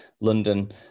London